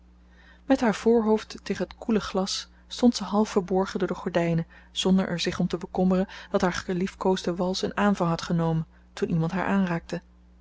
met haar voorhoofd tegen het koele glas stond ze half verborgen door de gordijnen zonder er zich om te bekommeren dat haar geliefkoosde wals een aanvang had genomen toen iemand haar aanraakte